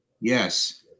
Yes